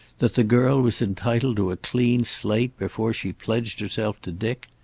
that the girl was entitled to a clean slate before she pledged herself to dick?